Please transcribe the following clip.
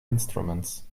instruments